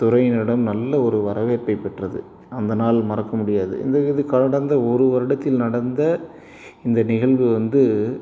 துறையினிடம் நல்ல ஒரு வரவேற்பை பெற்றது அந்த நாள் மறக்க முடியாது இந்த இது கடந்த ஒரு வருடத்தில் நடந்த இந்த நிகழ்வு வந்து